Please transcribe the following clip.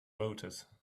voters